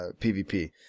pvp